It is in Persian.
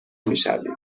میشویم